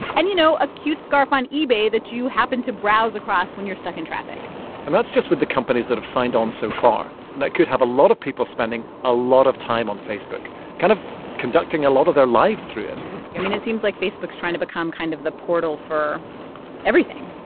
and, you know, a cute scarf on ebay that you happen to browse across when you're stuck in traffic and that's just with the companies that have signed on so far. and that could have a lot of people spending a lot of time on facebook kind of conducting a lot of their lives through it i mean, it seems like facebook's trying to become kind of the portal for everything.